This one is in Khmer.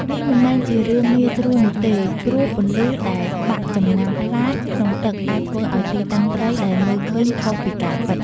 នេះមិនមែនជារឿងងាយស្រួលនោះទេ ព្រោះពន្លឺដែលបាក់ចំណាំងផ្លាតក្នុងទឹកអាចធ្វើឲ្យទីតាំងត្រីដែលមើលឃើញខុសពីការពិត។